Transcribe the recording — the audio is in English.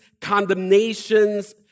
condemnations